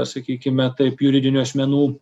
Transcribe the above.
sakykime taip juridinių asmenų